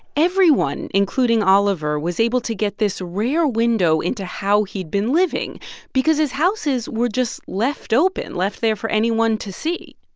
everyone, including oliver, was able to get this rare window into how he'd been living because his houses were just left open left there for anyone to see.